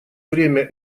время